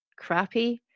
crappy